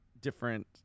different